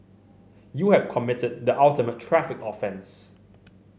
you have committed the ultimate traffic offence